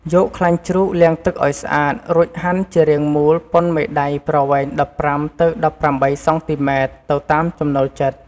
យកខ្លាញ់ជ្រូកលាងទឹកឱ្យស្អាត រួចហាន់ជារៀងមូលប៉ុនមេដៃប្រវែង ១៥ ទៅ ១៨ សង់ទីម៉ែត្រ ទៅតាមចំណូលចិត្ត។